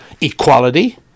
equality